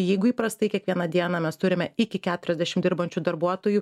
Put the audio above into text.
jeigu įprastai kiekvieną dieną mes turime iki keturiasdešim dirbančių darbuotojų